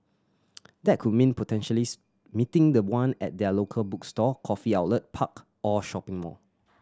that could mean potentially's meeting the one at their local bookstore coffee outlet park or shopping mall